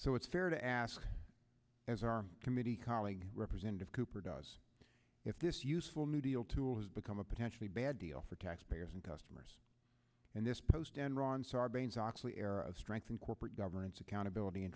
so it's fair to ask as our committee colleague representative cooper does if this useful new deal tool has become a potentially bad deal for taxpayers and customers in this post enron sarbanes oxley era of strength in corporate governance accountability and